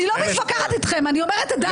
אני לא מתווכחת אתכם, אני אומרת את דעתי.